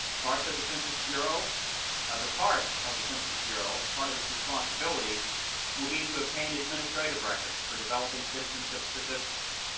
parts of the census bureau the part of the census bureau, part of its responsibility will be to obtain administrative records for developing citizenship statistics.